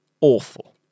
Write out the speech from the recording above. awful